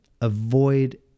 Avoid